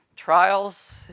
Trials